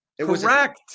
Correct